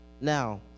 Now